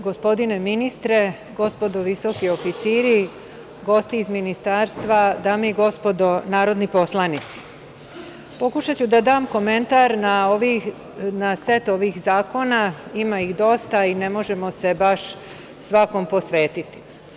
Gospodine ministre, gospodo visoki oficiri, gosti iz Ministarstva, dame i gospodo narodni poslanici, pokušaću da dam komentar na set ovih zakona, ima ih dosta i ne možemo se baš svakom posvetiti.